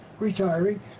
Retiring